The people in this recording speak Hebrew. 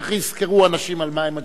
איך יזכרו אנשים על מה הם מצביעים?